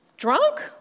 Drunk